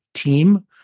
team